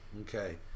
Okay